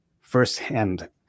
firsthand